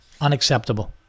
Unacceptable